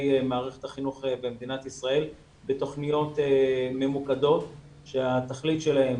מערכת החינוך במדינת ישראל בתוכניות ממוקדות שהתכלית שלהן